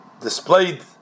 displayed